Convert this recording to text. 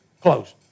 close